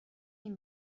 این